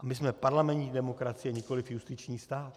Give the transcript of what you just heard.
A my jsme parlamentní demokracie, nikoliv justiční stát.